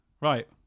Right